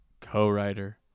co-writer